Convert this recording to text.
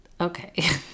Okay